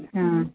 अच्छा